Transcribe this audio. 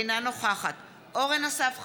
אינה נוכחת אורן אסף חזן,